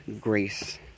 grace